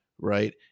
right